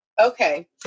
Okay